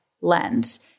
lens